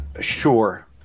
Sure